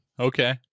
Okay